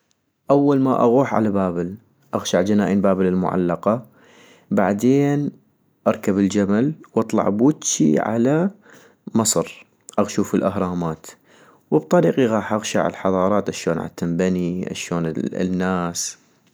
اول ما اغوح على بابل، اغشع جنائن بابل المعلقة، بعدين اركب الجمل واطلع بوجي على مصر اشوف الاهرامات ، وبطريقي غاح اغشع الحضارات اشون عتنبني اشون الناس